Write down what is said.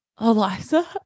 Eliza